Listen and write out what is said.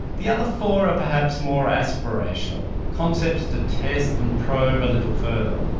the other four are perhaps more aspirational, concepts to test and probe a little further.